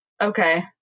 Okay